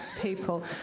People